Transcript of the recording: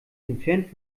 entfernt